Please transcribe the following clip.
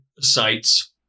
sites